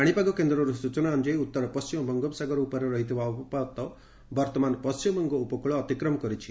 ପାଶିପାଗ କେନ୍ଦର ସ୍ଚନା ଅନୁଯାୟୀ ଉତ୍ତର ପଣ୍କିମ ବଙ୍ଗୋପସାଗର ଉପରେ ରହିଥିବା ଅବପାତ ବର୍ତ୍ତମାନ ପଣ୍ଣିମବଙ୍ଗ ଉପକକ ଅତିକ୍ରମ କରିଛି